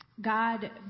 God